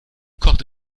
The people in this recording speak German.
kocht